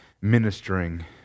ministering